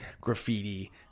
graffiti